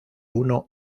uno